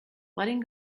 letting